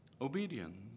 Obedience